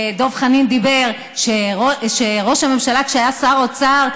דב חנין דיבר על ראש הממשלה כשהיה שר האוצר,